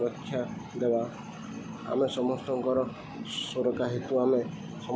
ସୁରକ୍ଷା ଦେବା ଆମେ ସମସ୍ତଙ୍କର ସୁରକ୍ଷା ହେତୁ ଆମେ ସମସ୍ତେ